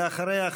ואחריה,